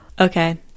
Okay